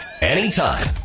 anytime